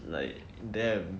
like damn